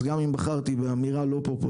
אז גם אם בחרתי באמירה לא פופולארית,